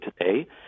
today